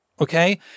Okay